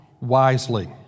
wisely